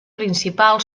principal